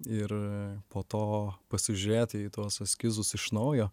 ir po to pasižiūrėti į tuos eskizus iš naujo